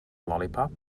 lollipop